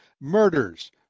murders